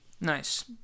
Nice